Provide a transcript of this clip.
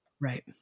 right